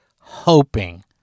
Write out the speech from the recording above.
hoping